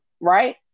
right